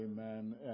amen